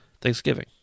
Thanksgiving